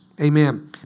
Amen